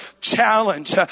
challenge